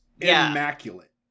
immaculate